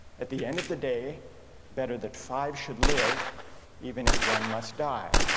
at the end of the day better that five should live even if one must die.